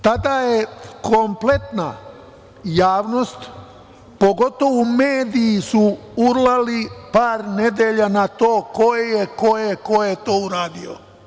Tada je kompletna javnost, pogotovo mediji su urlali par nedelja na to ko je to uradio.